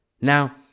Now